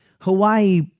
Hawaii